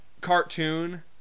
cartoon